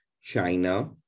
China